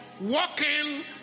walking